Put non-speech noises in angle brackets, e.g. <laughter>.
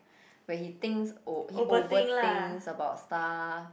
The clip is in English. <breath> where he thinks o~ he overthinks about stuff